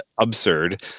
absurd